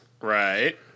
right